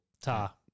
Ta